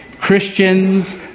Christians